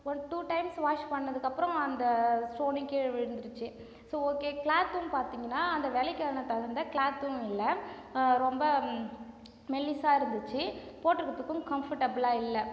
ஒரு two times wash பண்ணதுக்கப்புறம் அந்த ஸ்டோன்னே கீழே விழுந்துருச்சு ஸோ ஓகே க்ளாத்தும் பார்த்திங்கன்னா அந்த விலைக்கான தகுந்த க்ளாத்தும் இல்லை ரொம்ப மெல்லிசாக இருந்துச்சு போட்டுக்கிறதுக்கும் கம்ஃபர்டபுளாக இல்லை